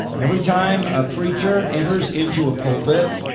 every time a preacher enters into a pulpit,